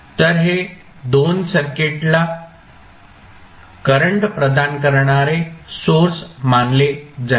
तर हे 2 सर्किटला करंट प्रदान करणारे सोर्स मानले जाईल